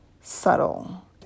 subtle